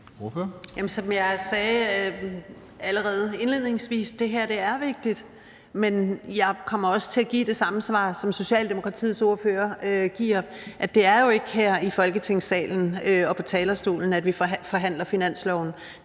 Som jeg sagde allerede indledningsvis, er det her vigtigt. Men jeg kommer også til at give det samme svar, som Socialdemokratiets ordfører giver, altså at det jo ikke er her i Folketingssalen og på talerstolen, vi forhandler finansloven.